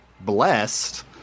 blessed